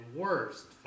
worst